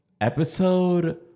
Episode